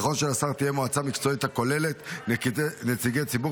נכון שלשר תהיה מועצה מקצועית הכוללת נציגי ציבור